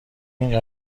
این